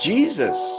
Jesus